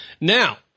now